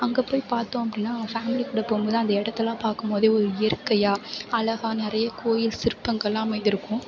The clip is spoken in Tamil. அங்கே போய் பார்த்தோம் அப்படினா ஃபேமிலி கூட போகும்போது அந்த இடத்தலாம் பார்க்கும்போது ஒரு இயற்கையாக அழகா நிறைய கோயில் சிற்பங்களெலாம் அமைந்திருக்கும்